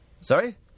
Sorry